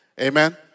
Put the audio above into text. Amen